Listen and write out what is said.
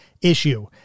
issue